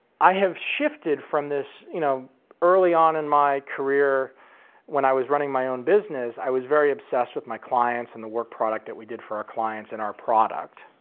i have shifted from this, you know early on in my career when i was running my own business i was very obsessed with my clients and the work product that we did for our clients in our product.